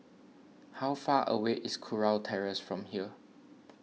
how far away is Kurau Terrace from here